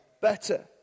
better